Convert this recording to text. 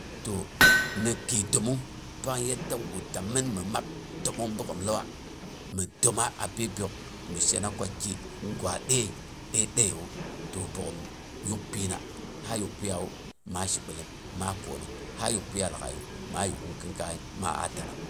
To ni kɨɨ təmong pang yadda gu tamɨn mɨ mab təmong bogghom lauwa, mɨ təma apyi pyok'mi shena ko kigwa dəi a dəiyawu to bogghom yuk pyina, na yuk pyiyawu maa shibilom, maa koonong, ha yak piyiya lawaiyu maa yuk'ung kɨnkai